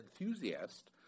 enthusiast